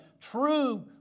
true